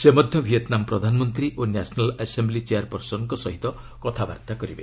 ସେ ମଧ୍ୟ ଭିଏତନାମ ପ୍ରଧାନମନ୍ତ୍ରୀ ଓ ନ୍ୟାସନାଲ୍ ଆସେମ୍ବେଲି ଚେୟାରପର୍ସନଙ୍କ ସହ କଥାବାର୍ତ୍ତା କରିବେ